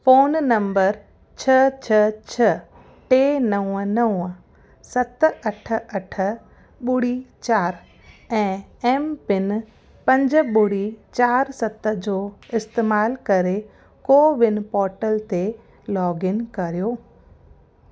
phone number छह छह छह टे नव नव सत अठ अठ ॿुड़ी चार ऐं एम पिन पंज ॿुड़ी चार सत जो इस्तेमालु करे कोविन पोर्टल ते लॉगइन कर्यो